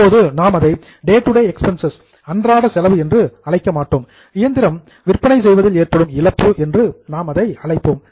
அப்போது நாம் அதை டே டு டே எக்ஸ்பென்ஸ் அன்றாட செலவு என்று அழைக்க மாட்டோம் இயந்திரம் விற்பனை செய்வதில் ஏற்படும் இழப்பு என்று நாம் அதை அழைப்போம்